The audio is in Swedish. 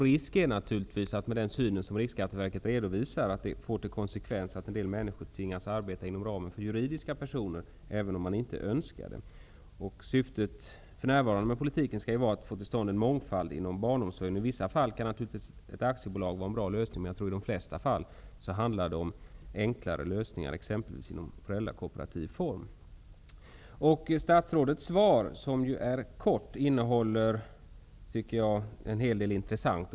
Risken är naturligtvis att konsekvensen av den syn som Riksskatteverket redovisar blir att en del människor tvingas arbeta inom ramen för vad som gäller för juridiska personer, även om man inte önskar det. Syftet med politiken för närvarande skall ju vara att få till stånd en mångfald inom barnomsorgen. I vissa fall kan ett aktiebolag naturligtvis vara en bra lösning. Men jag tror att det i de flesta fall handlar om enklare lösningar, exempelvis i föräldrakooperativ form. Statsrådets svar är kort. Men det innehåller, tycker jag, en hel del som är intressant.